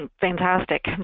Fantastic